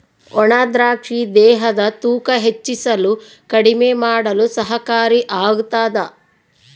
ಒಣ ದ್ರಾಕ್ಷಿ ದೇಹದ ತೂಕ ಹೆಚ್ಚಿಸಲು ಕಡಿಮೆ ಮಾಡಲು ಸಹಕಾರಿ ಆಗ್ತಾದ